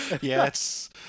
yes